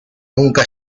nunca